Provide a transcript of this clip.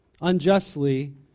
unjustly